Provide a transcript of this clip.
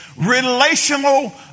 relational